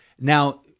Now